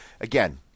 Again